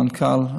למנכ"ל,